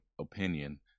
opinion